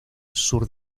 sur